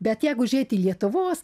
bet jegu žėti lietuvos